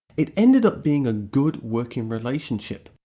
it ended up being a good working relationship.